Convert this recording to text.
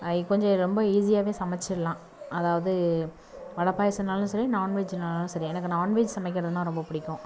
ஐ கொஞ்சம் ரொம்ப ஈசியாகவே சமைச்சிடலாம் அதாவது வடை பாயாசனாலும் சரி நாண்வெஜ்ஜுனாலும் சரி எனக்கு நாண்வெஜ் சமைக்கிறதுனால் ரொம்ப பிடிக்கும்